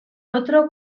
otro